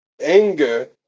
Anger